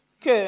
que